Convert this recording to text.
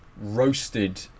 roasted